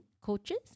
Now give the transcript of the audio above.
coaches